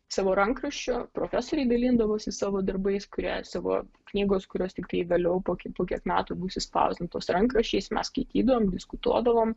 savo rankraščiu profesoriai dalindavosi savo darbais kurie savo knygos kurios tiktai vėliau po ki po kiek metų bus išspausdintos rankraščiais mes skaitydavom diskutuodavom